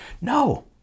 No